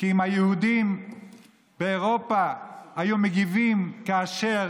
כי אם היהודים באירופה היו מגיבים כאשר